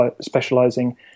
specializing